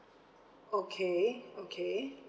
okay okay